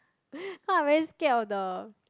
cause I very scared of the